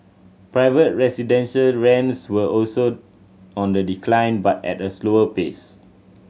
private residential rents were also on the decline but at a slower pace